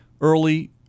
early